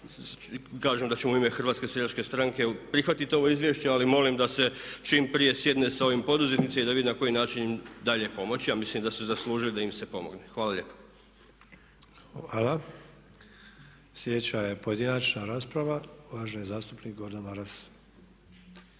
kažem da ćemo u ime Hrvatske seljačke stranke prihvatiti ovo izvješće ali molim da se čim prije sjedne sa ovim poduzetnicima i da se vidi na koji način im dalje pomoći. Ja mislim da su zaslužili da im se pomogne. Hvala lijepo. **Sanader, Ante (HDZ)** Hvala. Sljedeća je pojedinačna rasprava uvaženi zastupnik Gordan Maras.